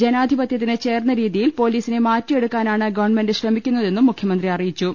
ജനാധിപത്യത്തിന് ചേർന്ന രീതിയിൽ പൊലീസിനെ മാറ്റിയെടുക്കാനാണ് ഗവൺമെന്റ് ശ്രമിക്കുന്നതെന്നും മുഖ്യമന്ത്രി അറിയിച്ചു